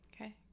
Okay